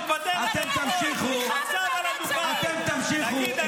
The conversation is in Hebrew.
אלמוג, אתה יכול להמשיך לצעוק, אבל אתה אשם בזה.